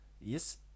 Yes